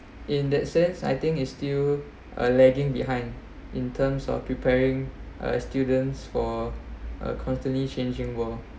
in that sense I think is still uh lagging behind in terms of preparing uh students for a constantly changing world